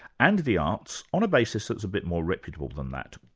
and the arts, on a basis that's a bit more reputable than that?